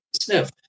sniff